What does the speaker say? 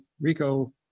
Rico